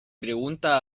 pregunta